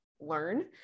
learn